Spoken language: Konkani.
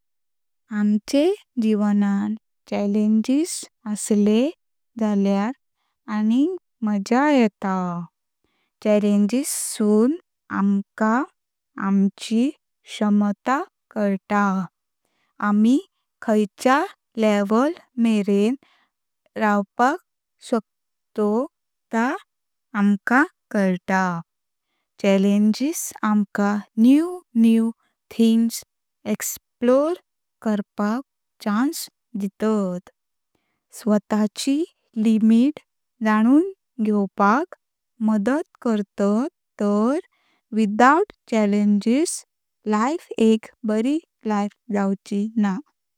आमचे जीवनांत षड्यंत्रासे असले जाल्यार अनिक मजा येता। षड्यंत्रासों आमका आमची क्षमता कळता। आमी खायच्या लेवल मरेण लवपाक शकतो ता आमका कळता। षड्यंत्रासों आमका नय नय थिंग्स एक्सप्लोर करपाक चांस दिखता। स्वतःची लिमिट जाणून घेवपाक मदत करतात तर विदाउट षड्यंत्रासों लाइफ एक बरी लाइफ जावची ना।